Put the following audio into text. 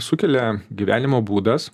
sukelia gyvenimo būdas